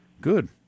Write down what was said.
Good